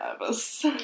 nervous